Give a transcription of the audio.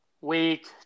week